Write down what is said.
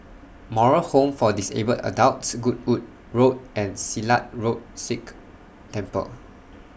Moral Home For Disabled Adults Goodwood Road and Silat Road Sikh Temple